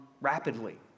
rapidly